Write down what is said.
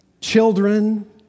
children